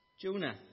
Jonah